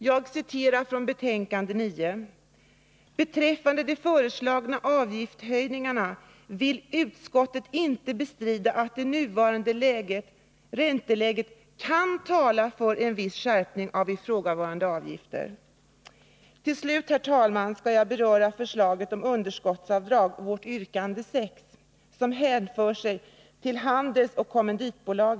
Jag citerar från skatteutskottets betänkande nr 9: ”Beträffande de föreslagna avgiftshöjningarna vill utskottet inte bestrida att det nuvarande ränteläget kan tala för en viss skärpning av ifrågavarande avgifter.” Till slut, herr talman, skall jag beröra förslaget i vårt yrkande 6 om underskottsavdrag, som hänför sig till handelsoch kommanditbolag.